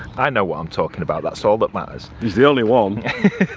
i know what i'm talking about, that's all that matters. he's the only one.